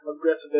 aggressive